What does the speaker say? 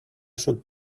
should